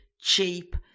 cheap